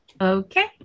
Okay